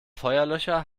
feuerlöscher